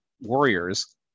warriors